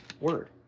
word